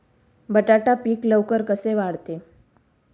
बटाटा पीक लवकर कसे वाढते?